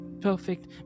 perfect